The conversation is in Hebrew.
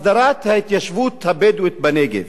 הסדרת ההתיישבות הבדואית בנגב,